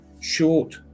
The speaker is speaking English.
short